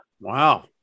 Wow